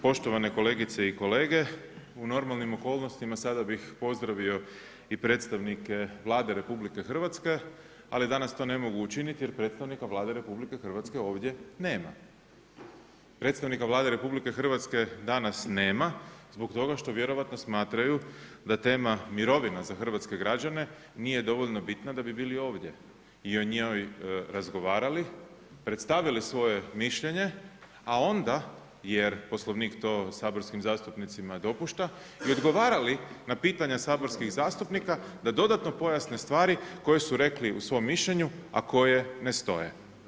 Poštovane kolegice i kolege, u normalnim okolnostima sada bih pozdravio i predstavnike Vlade RH ali danas to ne mogu učiniti jer predstavnike Vlade RH ovdje nema zbog toga što vjerojatno smatraju da tema mirovina za hrvatske građane nije dovoljno bitna da bi bili ovdje i o njoj razgovarali, predstavili svoje mišljenje a onda jer Poslovnik to saborskim zastupnicima dopušta, i odgovarali na pitanja saborskih zastupnika da dodatno pojasne stvari koje su rekli u svom mišljenju a koje ne stoje.